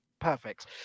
perfect